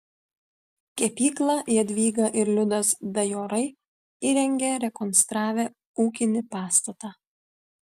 kepyklą jadvyga ir liudas dajorai įrengė rekonstravę ūkinį pastatą